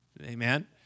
amen